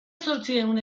zortziehun